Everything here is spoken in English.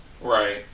Right